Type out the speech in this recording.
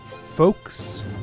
Folks